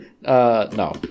No